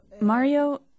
Mario